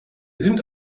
sind